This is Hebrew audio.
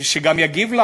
שגם יגיב,